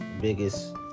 biggest